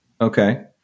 Okay